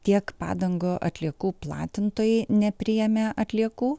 tiek padangų atliekų platintojai nepriėmė atliekų